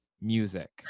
music